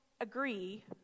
agree